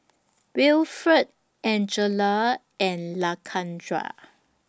Wilfred Angella and Lakendra